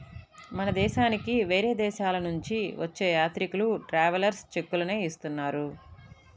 మన దేశానికి వేరే దేశాలనుంచి వచ్చే యాత్రికులు ట్రావెలర్స్ చెక్కులనే ఇస్తున్నారు